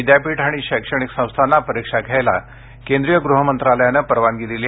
विद्यापीठ आणि शैक्षणिक संस्थांना परीक्षा घ्यायला केंद्रीय गृह मंत्रालयानं काल परवानगी दिली